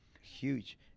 huge